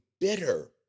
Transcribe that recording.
bitter